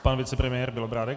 Pan vicepremiér Bělobrádek.